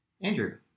Andrew